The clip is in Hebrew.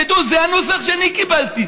תדעו, זה הנוסח שאני קיבלתי.